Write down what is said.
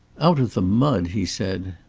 out of the mud! he said.